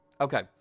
Okay